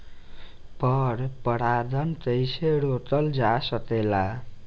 पर परागन कइसे रोकल जा सकेला?